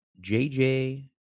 JJ